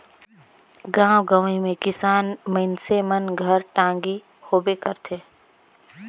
गाँव गंवई मे किसान मइनसे मन घर टागी होबे करथे